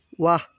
ৱাহ